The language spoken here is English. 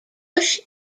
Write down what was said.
bush